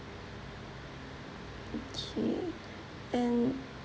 okay and